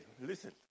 listen